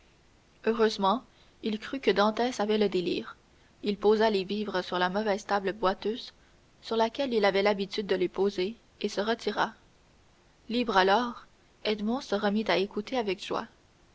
heureusement il crut que dantès avait le délire il posa les vivres sur la mauvaise table boiteuse sur laquelle il avait l'habitude de les poser et se retira libre alors edmond se remit à écouter avec joie